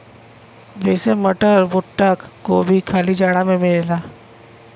जइसे मटर, भुट्टा, गोभी खाली जाड़ा मे मिलला